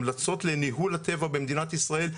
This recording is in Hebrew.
המלצות לניהול הטבע במדינת ישראל,